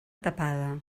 tapada